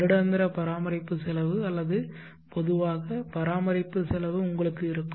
வருடாந்திர பராமரிப்பு செலவு அல்லது பொதுவாக பராமரிப்பு செலவு உங்களுக்கு இருக்கும்